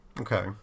Okay